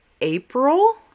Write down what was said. April